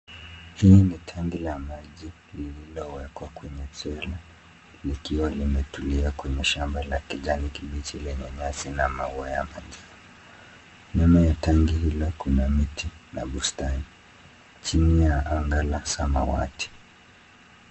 Hii ni tangi la maji lililowekwa kwenye trela, likiwa limetulia kwenye shamba la kijani kibichi lenye nyasi na maua ya manjano. Nyuma ya tangi hilo kuna miti na bustani, chini ya anga la samawati.